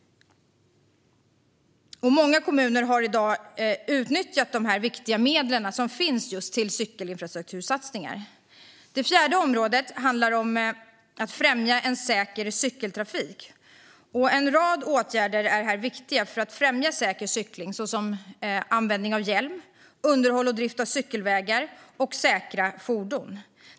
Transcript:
Många kommuner har i dag nyttjat dessa viktiga medel till just cykelinfrastruktursatsningar. Det fjärde området handlar om att främja säker cykeltrafik. En rad åtgärder är viktiga för att främja säker cykling, såsom användning av hjälm, underhåll och drift av cykelvägar och säkra fordon.